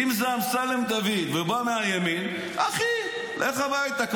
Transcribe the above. אם זה אמסלם דוד והוא בא מהימין, אחי, לך הביתה.